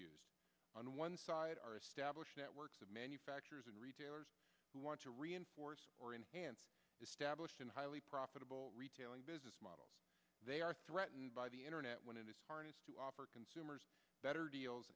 used on one side are established networks of manufacturers and retailers who want to reinforce or enhance established in highly profitable retailing business model they are threatened by the internet when it is harnessed to offer consumers better deals